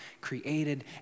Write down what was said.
created